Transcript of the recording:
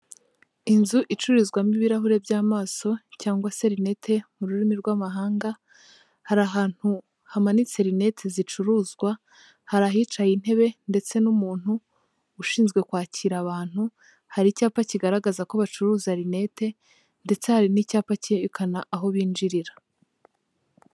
Inzu icururizwamo ibirahure by'amaso cyangwa se lunette mu rurimi rw'amahanga, hari ahantu hamanitse rinete zicuruzwa hari ahicaye intebe ndetse n'umuntu ushinzwe kwakira abantu, hari icyapa kigaragaza ko bacuruza rinete ndetse hari n'icyapa kerekana aho binjirira.